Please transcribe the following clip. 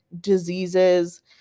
diseases